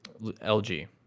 LG